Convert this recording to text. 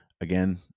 Again